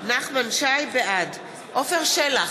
בעד עפר שלח,